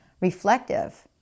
reflective